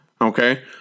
okay